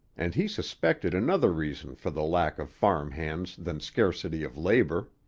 and he suspected another reason for the lack of farm-hands than scarcity of labor.